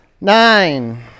nine